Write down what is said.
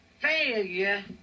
failure